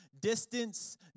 Distance